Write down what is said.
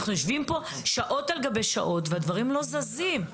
אנחנו יושבים פה שעות על גבי שעות והדברים לא זזים.